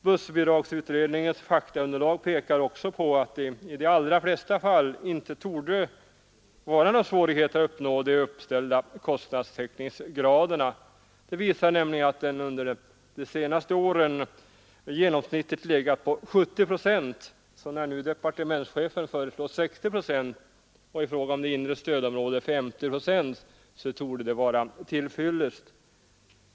Bussbidragsutredningens faktaunderlag pekar också på att det i de allra flesta fallen inte torde vara några svårigheter att uppnå de uppställda kostnadstäckningsgraderna. Det visar sig nämligen att dessa under de senaste åren har legat på i genomsnitt 70 procent. När departementsche fen nu föreslår 60 procent och i fråga om det inre stödområdet 50 procent torde det vara till fyllest.